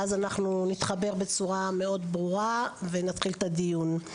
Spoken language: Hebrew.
ואז אנחנו נתחבר בצורה מאוד ברורה ונתחיל את הדיון.